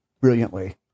brilliantly